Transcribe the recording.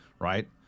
right